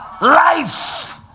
Life